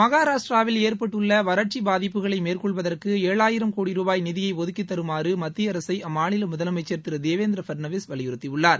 மகாராஷ்டிராவில் ஏற்பட்டுள்ள வறட்சி பாதிப்புகளை மேற்கொள்வதற்கு ஏழாயிரம் கோடி ரூபாய் நிதியை ஒதுக்கித் தருமாறு மத்திய அரசை அம்மாநில முதலமைச்ச் திரு தேவேந்திர பட்நவிஸ் வலியுறுத்தியுள்ளார்